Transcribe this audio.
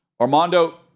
Armando